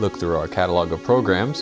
look through our catalog of programs